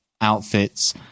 outfits